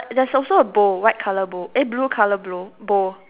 there's also a bowl a white colour bowl eh blue colour blow bowl